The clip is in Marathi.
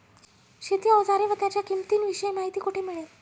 शेती औजारे व त्यांच्या किंमतीविषयी माहिती कोठे मिळेल?